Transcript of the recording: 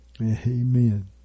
Amen